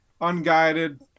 unguided